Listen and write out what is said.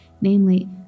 Namely